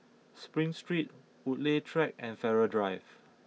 Spring Street Woodleigh Track and Farrer Drive